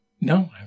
No